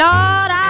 Lord